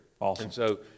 Awesome